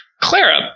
Clara